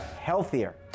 healthier